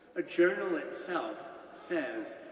a journal itself says,